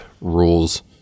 rules